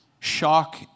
Shock